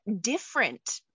different